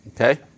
Okay